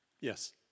Yes